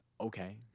okay